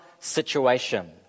situation